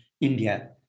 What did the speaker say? India